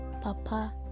Papa